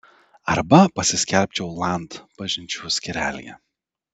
arba pasiskelbčiau land pažinčių skyrelyje